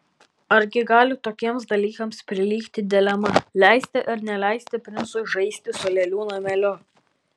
argi gali tokiems dalykams prilygti dilema leisti ar neleisti princui žaisti su lėlių nameliu